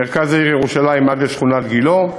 מרכז העיר ירושלים עד לשכונת גילה,